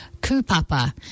Kupapa